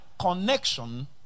connection